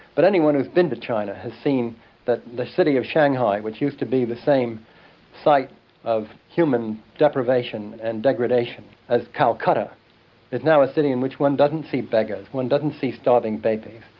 but anyone who has been to china has seen that the city of shanghai, which used to be the same sight of human deprivation and degradation as calcutta, is now a city in which one doesn't see beggars, one doesn't see starving babies,